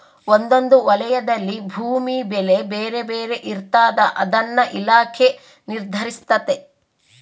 ಒಂದೊಂದು ವಲಯದಲ್ಲಿ ಭೂಮಿ ಬೆಲೆ ಬೇರೆ ಬೇರೆ ಇರ್ತಾದ ಅದನ್ನ ಇಲಾಖೆ ನಿರ್ಧರಿಸ್ತತೆ